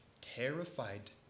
terrified